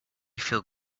feel